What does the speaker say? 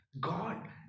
God